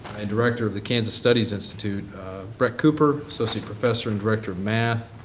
and director of the kansas studies institute brett cooper, associate professor and director of math